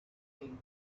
thing